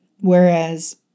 whereas